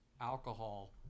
alcohol